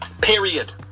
Period